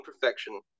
perfection